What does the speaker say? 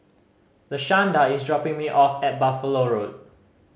Lashanda is dropping me off at Buffalo Road